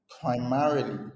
primarily